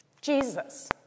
Jesus